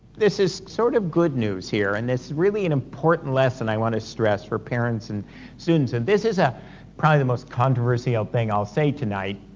this is sort of good news here and it's really an important lesson i want to stress for parents and students. and this is ah probably the most controversial thing i'll say tonight,